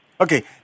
Okay